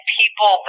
people